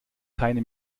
keine